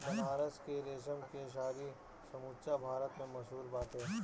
बनारस के रेशम के साड़ी समूचा भारत में मशहूर बाटे